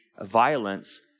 violence